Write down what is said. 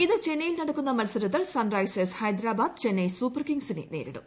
ഇന്ന് ചെന്നൈയിൽ നടക്കുന്ന മത്സരത്തിൽ സൺറൈസേഴ്സ് ഹൈദ്രാബാദ് ചെന്നൈ സൂപ്പർ കിംഗ്സിനെ നേരിടും